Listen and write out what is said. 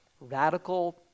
radical